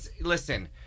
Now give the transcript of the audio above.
Listen